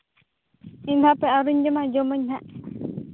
ᱤᱧ ᱦᱟᱯᱮ ᱟᱹᱣᱨᱤᱧ ᱡᱚᱢᱟ ᱡᱚᱢᱟᱧ ᱦᱟᱸᱜ